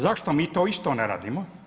Zašto mi to isto ne radimo?